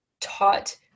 taught